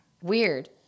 Weird